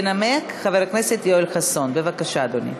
ינמק חבר הכנסת יואל חסון, בבקשה, אדוני.